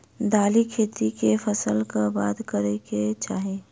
दालि खेती केँ फसल कऽ बाद करै कऽ चाहि?